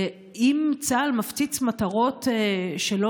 אם צה"ל מפציץ מטרות לא